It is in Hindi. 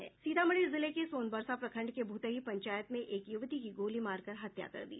सीतामढी जिले के सोनबरसा प्रखंड के भुतही पंचायत में एक युवती की गोली मारकर हत्या कर दी